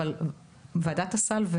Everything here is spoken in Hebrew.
אבל המטרה של הסל היא